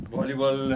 Volleyball